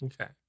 Okay